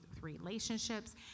relationships